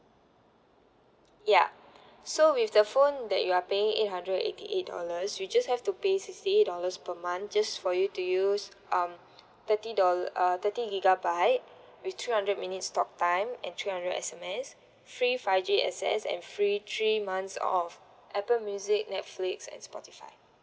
ya so with the phone that you are paying eight hundred eighty eight dollars you just have to pay sixty eight dollars per month just for you to use um thirty dol~ uh thirty gigabyte with three hundred minutes talk time and three hundred S_M_S free five G access and free three months of Apple music Netflix and Spotify